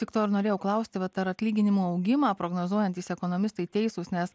tik to ir norėjau klausti bet ar atlyginimų augimą prognozuojantys ekonomistai teisūs nes